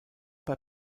bei